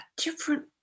different